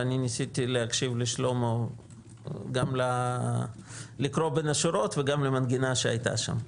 וניסיתי להקשיב לשלמה וגם לקרוא בין השורות וגם למנגינה שהייתה שם.